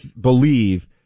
believe